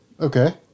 Okay